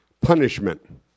punishment